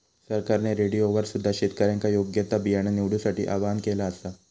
सरकारने रेडिओवर सुद्धा शेतकऱ्यांका योग्य ता बियाणा निवडूसाठी आव्हाहन केला आसा